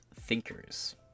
thinkers